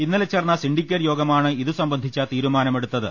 ഇന്നലെ ചേർന്ന സിണ്ടിക്കേറ്റ് യോഗ മാണ് ഇതുസംബന്ധിച്ച തീരുമാനമെടുത്തത്